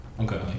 Okay